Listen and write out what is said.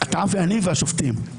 אתה ואני והשופטים.